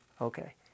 Okay